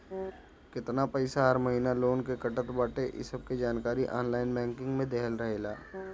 केतना पईसा हर महिना लोन के कटत बाटे इ सबके जानकारी ऑनलाइन बैंकिंग में देहल रहेला